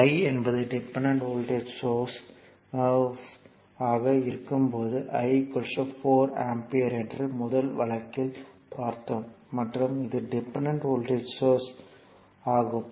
I என்பது dependent voltage source ஆக இருக்கும்போது I 4 ஆம்பியர் என்று முதல் வழக்கில் பார்த்தோம் மற்றும் இது டிபெண்டன்ட் வோல்ட்டேஜ் சோர்ஸ் ஆகும்